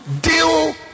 deal